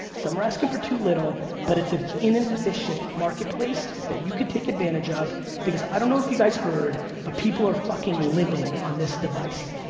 some are asking for too little. but it's an inefficient marketplace that you could take advantage of because i don't know if you guys heard, heard, but people are fucking living on this device.